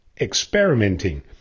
experimenting